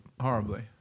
Horribly